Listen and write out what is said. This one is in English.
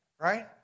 right